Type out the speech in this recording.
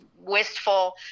wistful